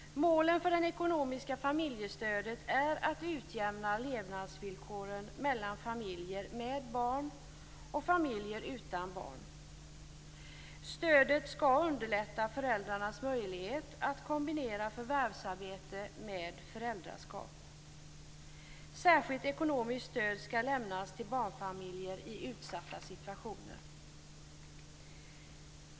Målen för det ekonomiska familjestödet är att utjämna levnadsvillkoren mellan familjer med barn och familjer utan barn. Stödet skall underlätta föräldrarnas möjlighet att kombinera förvärvsarbete med föräldraskap. Särskilt ekonomiskt stöd skall lämnas till barnfamiljer i utsatta situationer.